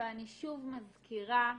ואני שוב מזכירה,